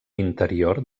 interior